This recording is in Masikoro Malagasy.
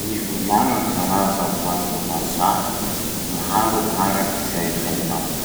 Mivolagna karaza voanjo vazaha maro araky zay hainao.